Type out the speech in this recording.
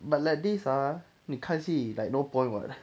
but like this ah 你看戏 like no point [what]